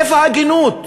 איפה ההגינות?